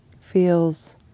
feels